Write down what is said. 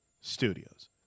studios